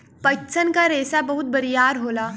पटसन क रेसा बहुत बरियार होला